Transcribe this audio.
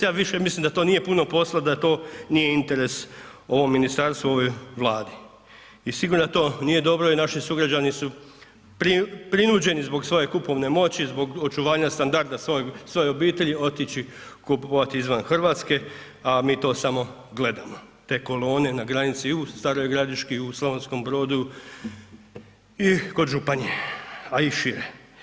Ja više mislim da to nije puno posla da to nije interes ovom ministarstvu, ovoj Vladi i sigurno da to nije dobro i naši sugrađani su prinuđeni zbog svoje kupovne moći, zbog očuvanja standarda svojoj obitelji otići kupovati izvan Hrvatske, a mi to samo gledamo te kolone na granici i u Staroj Gradiški i u Slavonskom Brodu i kod Županje, a i šire.